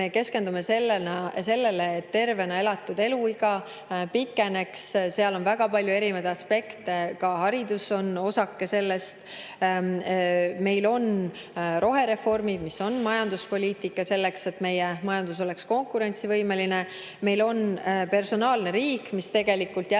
keskendume sellele, et tervena elatud eluiga pikeneks. Seal on väga palju erinevaid aspekte, ka haridus on osake sellest. Meil on rohereformid, mis [tähendavad ka] majanduspoliitikat selleks, et meie majandus oleks konkurentsivõimeline. Meil on personaalne riik, mis jällegi